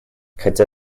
хотя